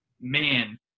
man –